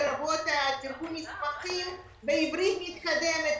לרבות תרגום המסמכים בעברית מתקדמת,